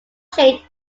changed